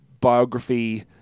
biography